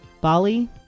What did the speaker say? Bali